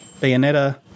Bayonetta